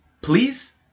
Please